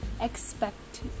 expect